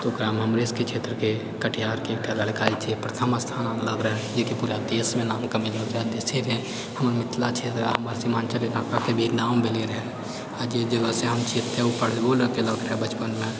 ओकरामे हमरे सबके क्षेत्रकेँ कटिहारके एकटा लड़का जेछै प्रथम स्थान अनलक हँ जेकि पूरा देशमे नाम नाम कमेने रहए देशे नहि हमर मिथिलाक्षेत्रकेँ नाम हमर सीमाञ्चल इलाकाके भी नाम भेल रहै आ जे जगहसँ हम छी एतऽ ओ पढ़बो ओ केलक हँ बचपनमे